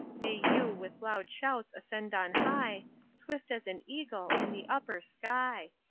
may you, with loud shouts ascend on high swift as an eagle in the upper sky.